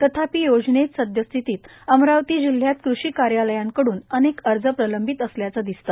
तथापि योजनेत सद्यस्थितीत अमरावती जिल्ह्यात कृषी कार्यालयांकडून अनेक अर्ज प्रलंबित असल्याचे दिसते